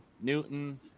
Newton